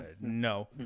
No